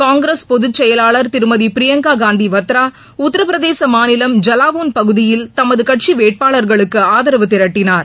காங்கிரஸ் பொதுச்செயலாளா் திருமதிபிரியங்காகாந்திவத்ரா உத்திரபிரதேசமாநிலம் ஐலவுன் பகுதியில் தமதுகட்சிவேட்பாளர்களுக்குஆதரவு திரட்டினார்